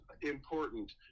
important